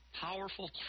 Powerful